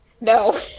No